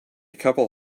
couple